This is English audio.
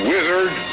Wizard